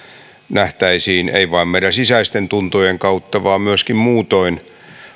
nähtäisiin ei vain meidän sisäisten tuntojemme kautta vaan myöskin muutoin